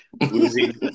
Losing